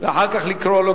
לקרוא לו.